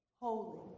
Holy